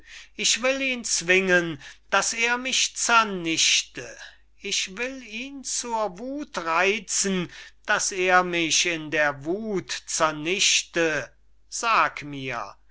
ich will ihn zwingen daß er mich zernichte ich will ihn zur wuth reizen daß er mich in der wuth zernichte sag mir